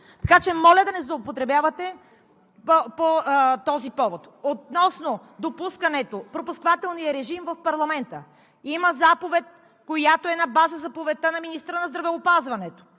зала. Моля да не злоупотребявате по този повод. Относно допускането – пропускателния режим в парламента. Има заповед, която е на база заповедта на министъра на здравеопазването.